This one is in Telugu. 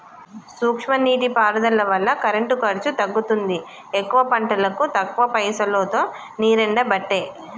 సూక్ష్మ నీటి పారుదల వల్ల కరెంటు ఖర్చు తగ్గుతుంది ఎక్కువ పంటలకు తక్కువ పైసలోతో నీరెండబట్టే